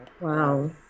Wow